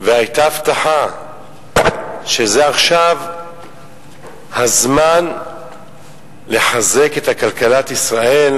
היה שר האוצר והיתה הבטחה שעכשיו הזמן לחזק את כלכלת ישראל,